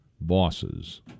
bosses